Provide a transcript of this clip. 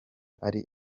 ari